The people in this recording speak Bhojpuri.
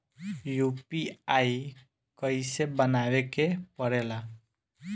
यू.पी.आई कइसे बनावे के परेला?